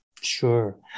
Sure